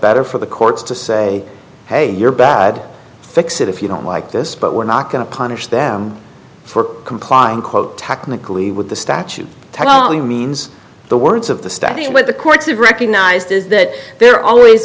better for the courts to say hey you're bad fix it if you don't like this but we're not going to punish them for complying quote technically with the statute tommy means the words of the study what the courts have recognized is that they're always